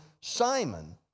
Simon